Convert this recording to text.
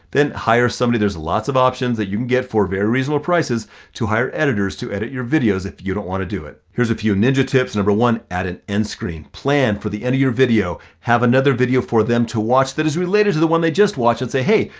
then hire somebody, there's lots of options that you can get for very reasonable prices to hire editors, to edit your videos if you don't wanna do it. here's a few ninja tips, number one, add an in-screen plan for the end of your video. have another video for them to watch that is related to the one they just watched and say, hey,